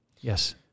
Yes